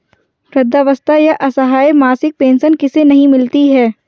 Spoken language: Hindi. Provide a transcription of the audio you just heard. वृद्धावस्था या असहाय मासिक पेंशन किसे नहीं मिलती है?